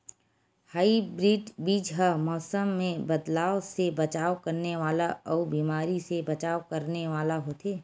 hybrid बीज हा मौसम मे बदलाव से बचाव करने वाला अउ बीमारी से बचाव करने वाला होथे